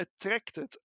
attracted